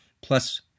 Plus